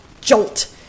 jolt